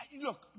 look